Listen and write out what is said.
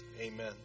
Amen